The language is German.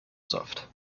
saft